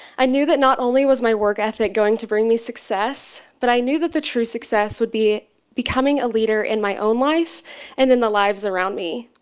i knew that not only was my work ethic going to bring me success, but i knew that the true success would be becoming a leader in my own life and in the lives around me.